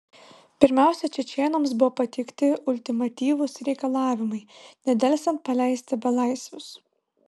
pirmiausia čečėnams buvo pateikti ultimatyvūs reikalavimai nedelsiant paleisti belaisvius